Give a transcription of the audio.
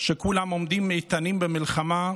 שכולם עומדים איתנים במלחמה.